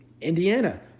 Indiana